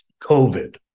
COVID